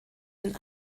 den